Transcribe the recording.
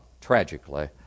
tragically